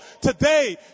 today